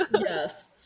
Yes